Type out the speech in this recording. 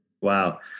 Wow